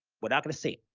we're not going to see.